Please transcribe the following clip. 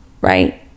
Right